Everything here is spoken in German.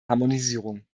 harmonisierung